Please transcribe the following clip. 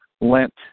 Lent